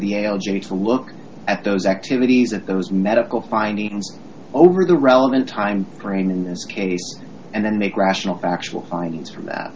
g to look at those activities at those medical findings over the relevant time frame in this case and then make rational factual findings from that